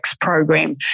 program